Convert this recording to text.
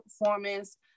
performance